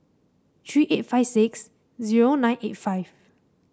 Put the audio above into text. three eight five six zero nine eight five